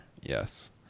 Yes